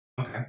Okay